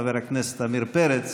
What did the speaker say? חבר הכנסת עמיר פרץ,